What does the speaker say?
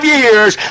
years